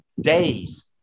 days